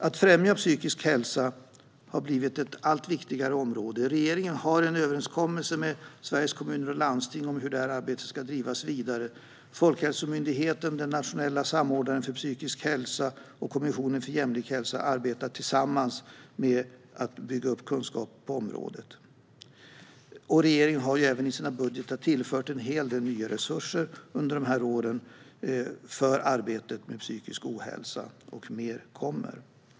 Att främja psykisk hälsa har blivit ett allt viktigare område. Regeringen har en överenskommelse med Sveriges Kommuner och Landsting om hur det arbetet ska drivas vidare. Folkhälsomyndigheten, den nationella samordnaren för psykisk hälsa och Kommissionen för jämlik hälsa arbetar tillsammans med att bygga upp kunskap på området. Regeringen har även i sina budgetar tillfört en hel del nya resurser under de här åren för arbetet med psykisk ohälsa, och mer kommer.